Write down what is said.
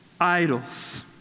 idols